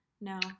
No